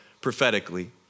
prophetically